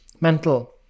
mental